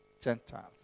Gentiles